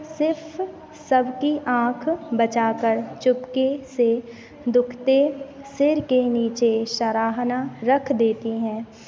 सिर्फ़ सबकी आँख बचाकर चुपके से दुखते सिर के नीचे सराहना रख देती हैं